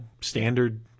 standard